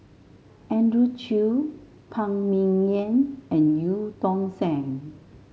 Andrew Chew Phan Ming Yen and Eu Tong Sen